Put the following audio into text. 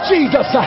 Jesus